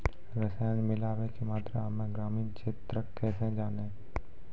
रसायन मिलाबै के मात्रा हम्मे ग्रामीण क्षेत्रक कैसे जानै?